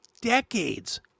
decades